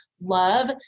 love